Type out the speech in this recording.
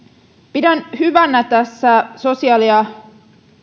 pidän hyvänä tällä sosiaali ja